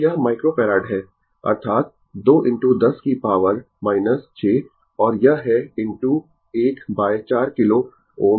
तो यह 2 माइक्रोफैराड है अर्थात 2 इनटू 10 की पॉवर 6 और यह है इनटू 1 बाय 4 किलो Ω